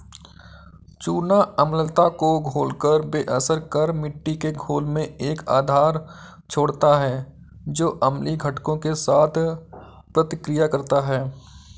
चूना अम्लता को घोलकर बेअसर कर मिट्टी के घोल में एक आधार छोड़ता है जो अम्लीय घटकों के साथ प्रतिक्रिया करता है